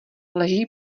leží